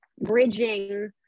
bridging